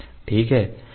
ठीक है